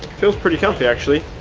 feels pretty comfy actually.